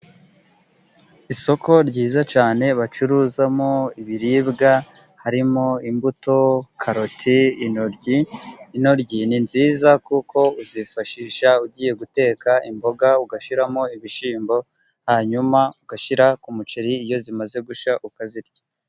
Isoko ryiza cyane bacuruzamo ibiribwa harimo imbuto, karoti, intoryi; intoryi ni nziza kuko uzifashisha ugiye guteka imboga ugashyiramo ibishyimbo hanyuma ugashyira ku muceri iyo zimaze gushya ukazirya.